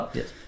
Yes